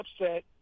upset